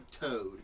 Toad